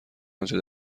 آنچه